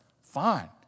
Fine